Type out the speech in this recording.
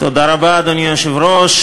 תודה רבה, אדוני היושב-ראש.